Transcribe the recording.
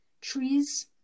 trees